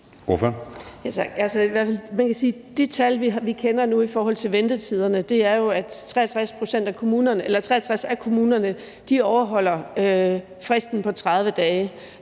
de tal, vi kender nu i forhold til ventetiderne, er, at 53 kommuner overholder fristen på 30 dage,